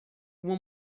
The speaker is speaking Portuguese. uma